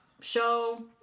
show